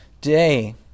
day